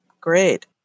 great